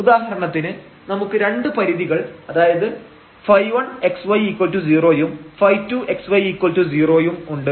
ഉദാഹരണത്തിന് നമുക്ക് രണ്ട് പരിധികൾ അതായത് ϕ1 xy 0 യും ϕ2 xy 0 യും ഉണ്ട്